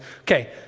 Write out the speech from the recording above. Okay